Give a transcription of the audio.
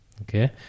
Okay